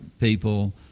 people